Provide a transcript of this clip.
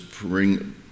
bring